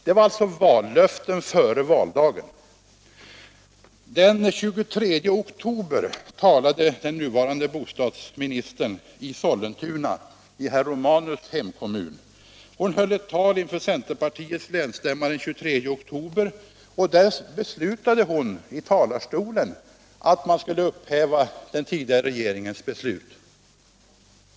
Det var alltså ett vallöfte före valdagen. Den 23 oktober talade den nuvarande bostadsministern i Sollentuna, herr Romanus hemkommun. Hon höll ett anförande inför centerpartiets länsstämma, och där beslutade hon i talarstolen att man skulle upphäva den tidigare regeringens beslut.